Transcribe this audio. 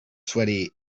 sweaty